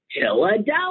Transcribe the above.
Philadelphia